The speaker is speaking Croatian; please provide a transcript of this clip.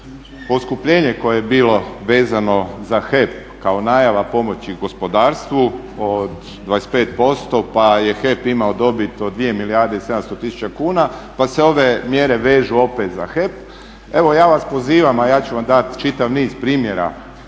poskupljenje koje je bilo vezano za HEP kao najava pomoći gospodarstvu od 25% pa je HEP imao dobit od 2700 tisuća kuna pa se ove mjere vežu opet za HEP. Evo ja vas pozivam, a ja ću vam dati čitav niz primjera